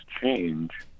change